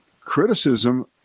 criticism